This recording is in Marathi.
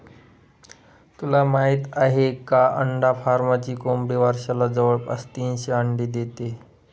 तुला माहित आहे का? अंडा फार्मची कोंबडी वर्षाला जवळपास तीनशे अंडी देते